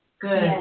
Good